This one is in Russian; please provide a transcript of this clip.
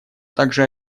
также